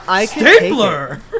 Stapler